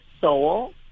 soul